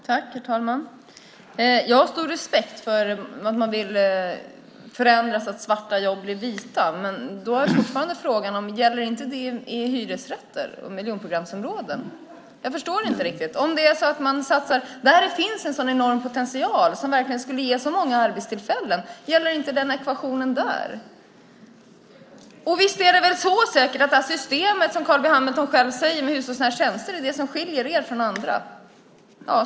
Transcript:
Herr talman! Jag har stor respekt för att man vill förändra så att svarta jobb blir vita, men då är fortfarande frågan: Gäller inte det i hyresrätter och miljonprogramsområden? Jag förstår inte riktigt. Där finns det en enorm potential som verkligen skulle ge många arbetstillfällen. Gäller inte den ekvationen där? Det är säkert så, som Carl B Hamilton själv säger, att det är systemet med hushållsnära tjänster som skiljer er från andra.